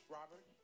Robert